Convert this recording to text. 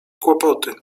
kłopoty